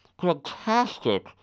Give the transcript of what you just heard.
fantastic